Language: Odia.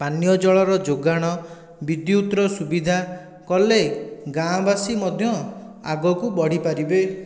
ପାନୀୟ ଜଳର ଯୋଗାଣ ବିଦ୍ୟୁତର ସୁବିଧା କଲେ ଗାଁ ବାସି ମଧ୍ୟ ଆଗକୁ ବଢ଼ିପାରିବେ